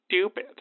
stupid